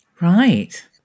right